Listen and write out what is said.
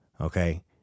Okay